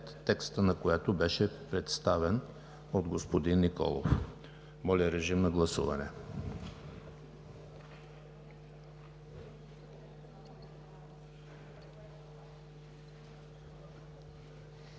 текстът на която беше представен от господин Николов. Моля, режим на гласуване. Гласували